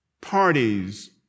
parties